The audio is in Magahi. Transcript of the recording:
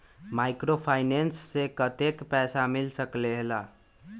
माइक्रोफाइनेंस से कतेक पैसा मिल सकले ला?